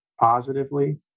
positively